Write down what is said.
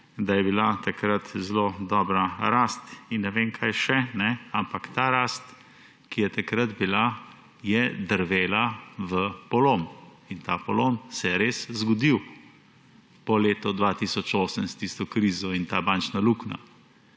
da je bila takrat zelo dobra rast in ne vem, kaj še, ampak ta rast, ki je bila takrat, je drvela v polom. In ta polom se je res zgodil po letu 2008 s tisto krizo in to bančno luknjo.